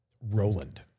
Roland